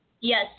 Yes